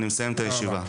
אני מסיים את הישיבה.